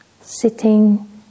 sitting